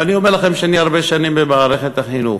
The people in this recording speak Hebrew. ואני אומר לכם שאני הרבה שנים במערכת החינוך,